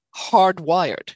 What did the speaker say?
hardwired